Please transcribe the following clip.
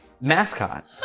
mascot